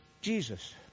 Jesus